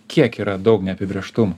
kiek yra daug neapibrėžtumų